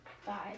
five